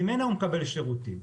שממנה הוא מקבל שירותים.